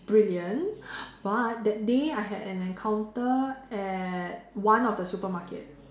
brilliant but that day I had an encounter at one of the supermarket